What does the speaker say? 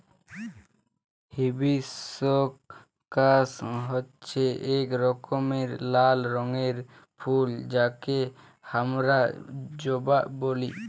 hibiscus হচ্যে এক রকমের লাল রঙের ফুল যাকে হামরা জবা ব্যলি